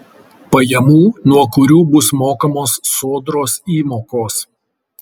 pajamų nuo kurių bus mokamos sodros įmokos